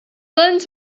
lens